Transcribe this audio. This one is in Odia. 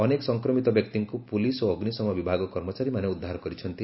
ଅନେକ ସଂକ୍ରମିତ ବ୍ୟକ୍ତିଙ୍କୁ ପୋଲିସ୍ ଓ ଅଗ୍ରିଶମ ବିଭାଗ କର୍ମଚାରୀମାନେ ଉଦ୍ଧାର କରିଛନ୍ତି